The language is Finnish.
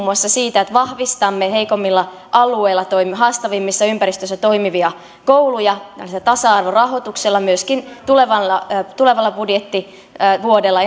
muassa siitä että vahvistamme heikommilla alueilla haastavimmissa ympäristöissä toimivia kouluja tällaisella tasa arvorahoituksella myöskin tulevalla tulevalla budjettivuodella